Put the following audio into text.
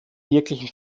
wirklichen